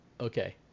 okay